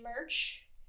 merch